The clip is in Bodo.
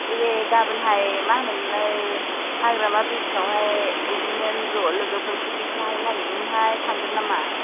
ए गाबोनहाय मा होनो मोनलाय हाग्रामा ब्रिजावहाय बिदिनो ज' लोगोफोर पिकनिक जाहैनो नागिरदोंमोन हाय थांगोन नामा